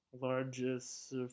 largest